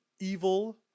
evil